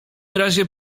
razie